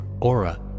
aura